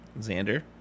Xander